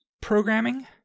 programming